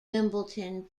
wimbledon